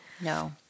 No